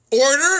order